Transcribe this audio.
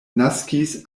naskis